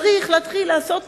צריך להתחיל לעשות מעשה.